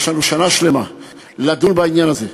יש לנו שנה שלמה לדון בעניין הזה,